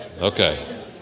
Okay